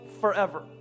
forever